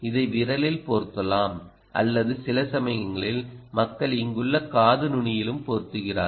இதை விரலில் பொருத்தலாம் அல்லது சில சமயங்களில் மக்கள் இங்குள்ள காது நுனியிலும் பொருத்துகிறார்கள்